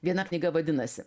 viena knyga vadinasi